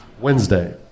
Wednesday